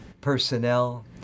personnel